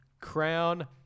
Crown